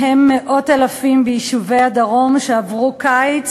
מהם מאות אלפים ביישובי הדרום, שעברו קיץ